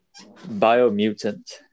Biomutant